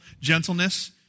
gentleness